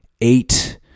eight